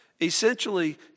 Essentially